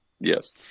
Yes